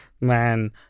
Man